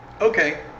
okay